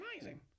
amazing